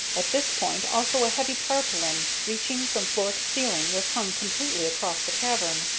at this point also a heavy tarpaulin, reaching from floor to ceiling, was hung completely across the cavern.